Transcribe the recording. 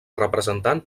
representant